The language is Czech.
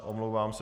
Omlouvám se.